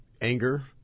Anger